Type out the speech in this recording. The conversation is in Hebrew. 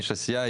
איש עשייה,